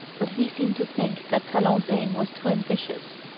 but he seemed to think that talon's aim was too ambitious.